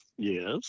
yes